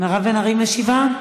מירב בן ארי משיבה?